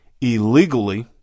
illegally